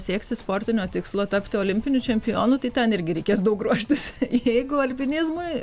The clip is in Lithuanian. sieksi sportinio tikslo tapti olimpiniu čempionu tai ten irgi reikės daug ruoštis jeigu albinizmui